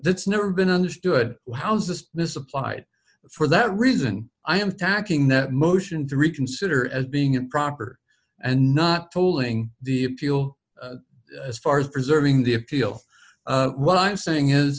that's never been understood how's this misapplied for that reason i am tacking that motion to reconsider as being improper and not pulling the appeal as far as preserving the appeal what i'm saying is